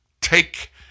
take